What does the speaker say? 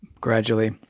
gradually